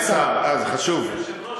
אדוני השר, זה חשוב.